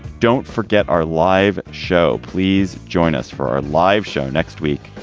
don't forget our live show. please join us for our live show next week,